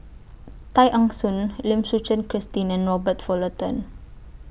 Tay Eng Soon Lim Suchen Christine and Robert Fullerton